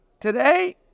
today